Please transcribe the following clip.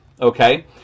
okay